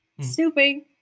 Snooping